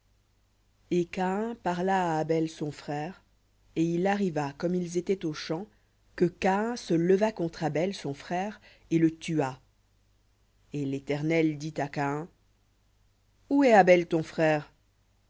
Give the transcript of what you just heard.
et caïn parla à abel son frère et il arriva comme ils étaient aux champs que caïn se leva contre abel son frère et le tua et l'éternel dit à caïn où est abel ton frère